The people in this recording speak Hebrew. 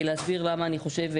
להסביר למה אני חושבת,